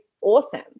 awesome